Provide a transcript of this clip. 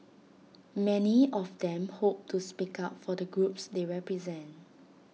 many of them hope to speak up for the groups they represent